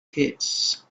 kids